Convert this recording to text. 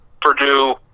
Purdue